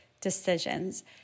decisions